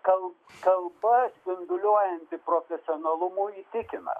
kal kalba spinduliuojanti profesionalumu įtikina